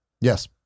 Yes